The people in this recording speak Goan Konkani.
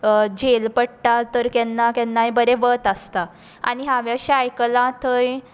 झेल पडटा तर केन्ना केन्नाय बरें वत आसता आनी हांवें अशें आयकलां थंय